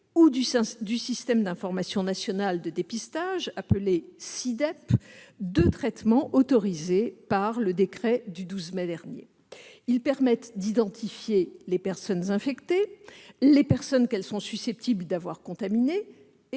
ou du système d'information national de dépistage, le Sidep, deux traitements autorisés par le décret du 12 mai dernier. Ils permettent d'identifier les personnes infectées, les personnes qu'elles sont susceptibles d'avoir contaminées